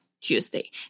Tuesday